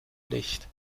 licht